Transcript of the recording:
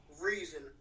reason